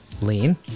Lean